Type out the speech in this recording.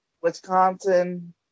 Wisconsin